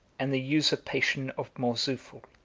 and the usurpation of mourzoufle,